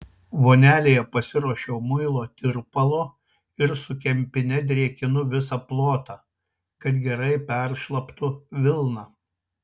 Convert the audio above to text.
vonelėje pasiruošiau muilo tirpalo ir su kempine drėkinu visą plotą kad gerai peršlaptų vilna